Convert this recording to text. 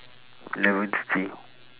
eleven thirty